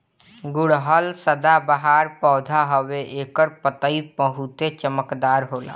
गुड़हल सदाबाहर पौधा हवे एकर पतइ बहुते चमकदार होला